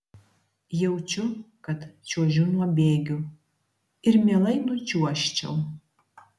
jaučiu kad čiuožiu nuo bėgių ir mielai nučiuožčiau